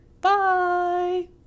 Bye